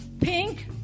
pink